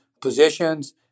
positions